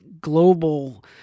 global